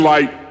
Light